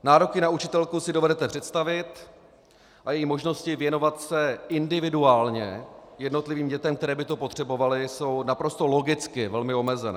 Nároky na učitelku si dovedete představit a její možnosti věnovat se individuálně jednotlivým dětem, které by to potřebovaly, jsou naprosto logicky velmi omezené.